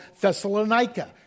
Thessalonica